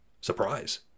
Surprise